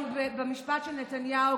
היום במשפט של נתניהו,